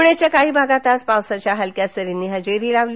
प्ण्याच्या काही भागात आज पावसाच्या हलक्या सरींनी हजेरी लावली